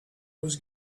was